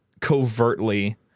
covertly